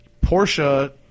Porsche